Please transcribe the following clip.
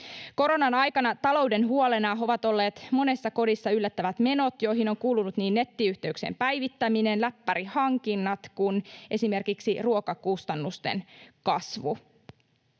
Koronan aikana talouden huolena ovat olleet monessa kodissa yllättävät menot, joihin ovat kuuluneet niin nettiyhteyksien päivittäminen, läppärihankinnat kuin esimerkiksi ruokakustannusten kasvu.